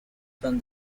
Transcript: from